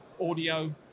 audio